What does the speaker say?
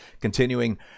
continuing